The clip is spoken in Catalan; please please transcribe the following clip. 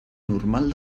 normal